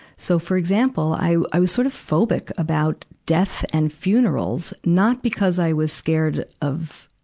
so, for example, i, i, i was sort of phobia about death and funerals. not because i was scared of,